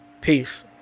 Peace